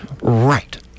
right